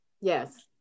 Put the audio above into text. yes